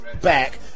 back